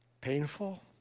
painful